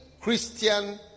Christian